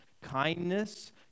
kindness